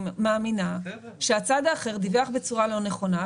מאמינה שהצד האחר דיווח בצורה לא נכונה,